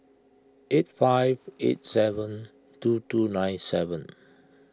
eight five eight seven two two nine seven